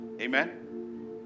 Amen